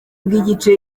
bw’igice